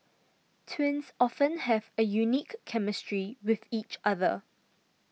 twins often have a unique chemistry with each other